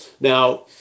Now